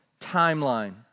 timeline